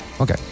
Okay